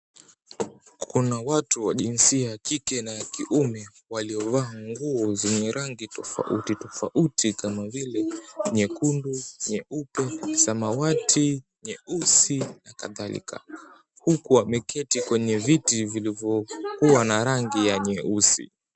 Kuna watu wa jinsia ya kike na ya kiume waliovaa nguo zenye rangi tofauti tofauti kama vile nyekundu, nyeupe, samawati, nyeusi na kadhalika. Huku wameketi kwenye viti vilivyokuwa na rangi ya nyeusi.